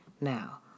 Now